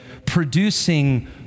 producing